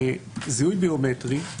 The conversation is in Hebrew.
זיהוי ביומטרי,